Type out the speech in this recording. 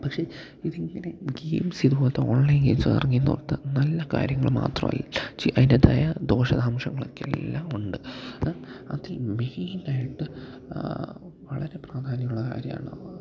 പക്ഷേ ഇതിങ്ങനെ ഗെയിംസ് ഇതുപോലത്തെ ഓൺലൈൻ ഗെയിംസ് ഇറങ്ങി എന്ന് ഓർത്താല് നല്ല കാര്യങ്ങള് മാത്രമല്ല അതിൻ്റെതായ ദോഷവശങ്ങളൊക്കെ എല്ലാം ഉണ്ട് അതിൽ മെയിനായിട്ട് വളരെ പ്രാധാന്യമുള്ള കാര്യമാണ്